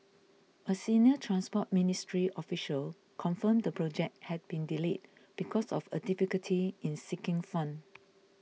a senior Transport Ministry official confirmed the project had been delayed because of a difficulty in seeking fund